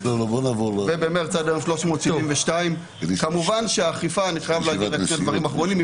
ובמרץ עד היום 372. כמובן האכיפה מתכתבת